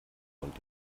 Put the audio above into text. und